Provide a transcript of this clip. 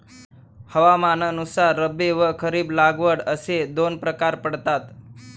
हवामानानुसार रब्बी व खरीप लागवड असे दोन प्रकार पडतात